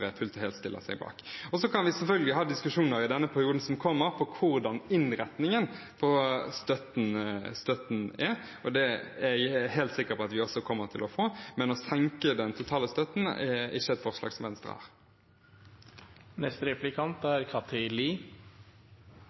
fullt og helt stiller seg bak. Så kan vi selvfølgelig ha diskusjoner i den perioden som kommer, om hvordan innretningen på støtten er, og det er jeg helt sikker på at vi også kommer til å få, men å senke den totale støtten er ikke et forslag Venstre har. Jeg vil gjerne spørre representanten litt om hvorfor det er